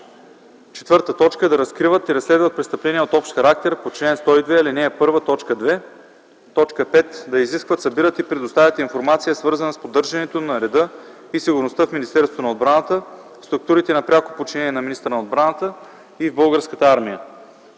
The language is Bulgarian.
протокол; 4. да разкриват и разследват престъпления от общ характер по чл. 102, ал. 1, т. 2; 5. да изискват, събират и предоставят информация, свързана с поддържането на реда и сигурността в Министерството на отбраната, в структурите на пряко подчинение на министъра на отбраната и в Българската армия;